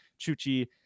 Chuchi